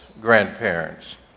grandparents